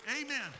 Amen